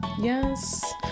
Yes